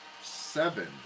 Seven